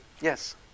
Yes